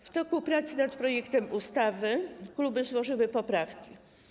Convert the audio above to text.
W toku prac nad projektem ustawy kluby złożyły poprawki.